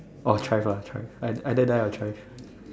or thrive ah thrive either die or thrive